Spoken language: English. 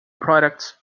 products